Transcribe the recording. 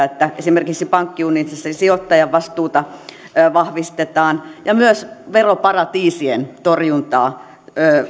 että esimerkiksi pankkiunionissa sijoittajavastuuta vahvistetaan ja myös veroparatiisien torjuntaa